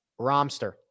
Romster